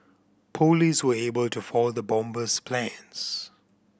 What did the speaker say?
police were able to foil the bomber's plans